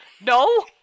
No